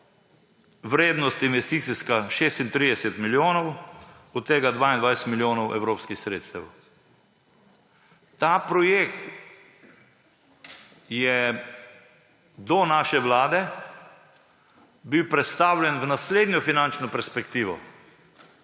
vrednost 36 milijonov, od tega 22 milijonov evropskih sredstev. Ta projekt je do naše vlade bil prestavljen v naslednjo finančno perspektivo.